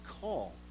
call